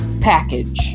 package